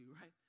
right